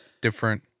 different